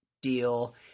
deal